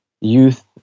youth